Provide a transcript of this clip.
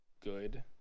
good